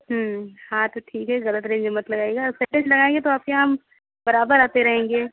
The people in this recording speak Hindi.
हाँ तो ठीक है गलत रैंज मत लगाइएगा लगाएँगे तो हम आपके यहाँ बराबर आते रहेंगे